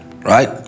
right